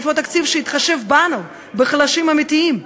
איפה התקציב שיתחשב בנו, בחלשים האמיתיים,